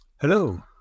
Hello